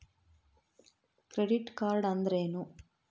Credit card ಅಂದ್ರೇನು?